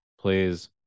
Please